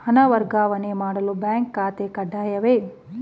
ಹಣ ವರ್ಗಾವಣೆ ಮಾಡಲು ಬ್ಯಾಂಕ್ ಖಾತೆ ಕಡ್ಡಾಯವೇ?